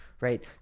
right